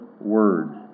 words